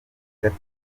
gato